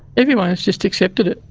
everyone has just accepted it.